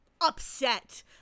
upset